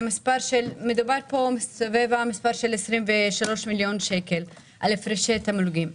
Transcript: מדובר פה סביב 23 מיליון שקל על הפרשי תמלוגים.